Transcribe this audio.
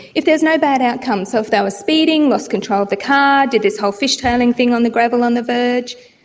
if there's no bad outcomes so if they were speeding, lost control of the car, did this whole fishtailing thing on the gravel on the verge,